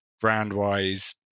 brand-wise